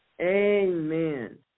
Amen